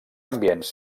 ambients